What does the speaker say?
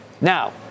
now